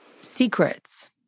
secrets